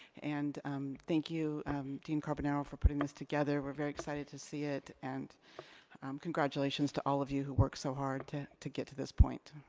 and thank you dean carbonaro for putting this together. we're very excited to see it. and um congratulations congratulations to all of you who worked so hard to to get to this point.